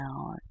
out